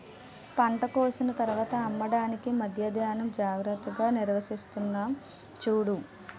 పంట కోసిన తర్వాత అమ్మడానికి మధ్యా ధాన్యం జాగ్రత్తగా నిల్వచేసుకున్నాం చూడు